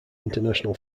international